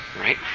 right